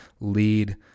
lead